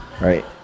right